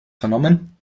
vernommen